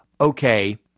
Okay